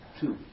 two